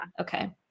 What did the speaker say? Okay